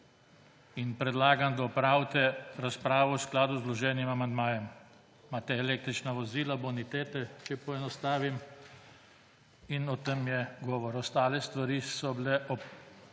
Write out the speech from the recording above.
Predlagam, da opravite razpravo v skladu z vloženim amandmajem. Imate električna vozila, bonitete, če poenostavim, in o tem je govora. Ostale stvari so bile opravljene